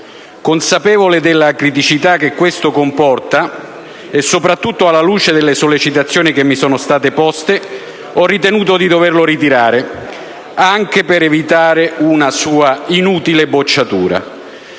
Consapevole della criticità che tale modifica comporta e soprattutto alla luce delle sollecitazioni che mi sono state poste, ho però ritenuto di doverlo ritirare anche per evitare una sua inutile bocciatura.